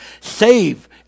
save